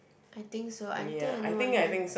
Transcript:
I think so I think I know what you mean